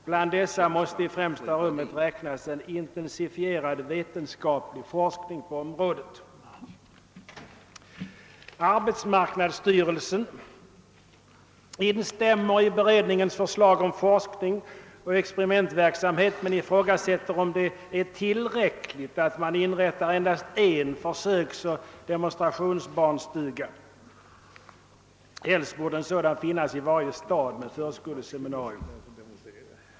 Bland dessa måste i främsta rummet räknas en intensifierad veten skaplig forskning på området.» Arbetsmarknadsstyrelsen instämmer i beredningens förslag om forskning och experimentverksamhet men ifrågasätter om det är tillräckligt att man inrättar endast en försöksoch demonstrationsbarnstuga — helst borde en sådan finnas i varje stad med förskoleseminarium.